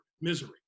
misery